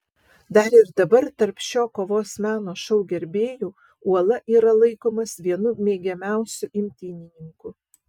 dar ir dabar tarp šio kovos meno šou gerbėjų uola yra laikomas vienu mėgiamiausiu imtynininku